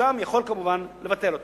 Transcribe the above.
הרשם יכול כמובן לבטל אותה.